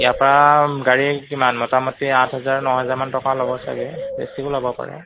ইয়াৰ পৰা গাড়ী কিমান মোটামুটি আঠ হাজাৰ ন হেজাৰমান টকা ল'ব চাগে বেছিও ল'ব পাৰে